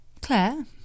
Claire